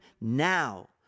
now